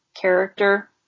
character